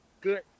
good